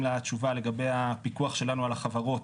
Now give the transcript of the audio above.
לה תשובה לגבי הפיקוח שלנו על החברות.